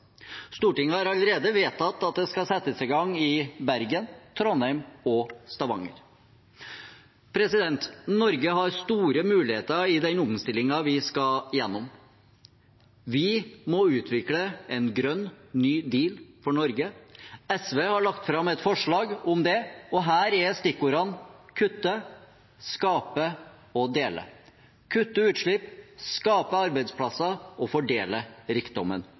Stortinget har allerede vedtatt at det skal settes i gang i Bergen, Trondheim og Stavanger. Norge har store muligheter i den omstillingen vi skal igjennom. Vi må utvikle en grønn ny deal for Norge. SV har lagt fram et forslag om det, og her er stikkordene kutte, skape og dele: kutte utslipp, skape arbeidsplasser og fordele rikdommen